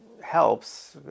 helps